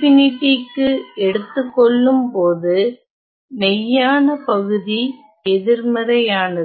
க்கு எடுத்துக் கொள்ளும்போது மெய்யான பகுதி எதிர்மறையானது